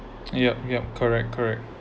yup yup correct correct